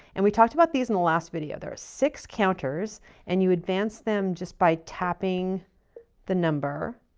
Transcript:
and we talked about these in the last video. there's six counters and you advance them just by tapping the number.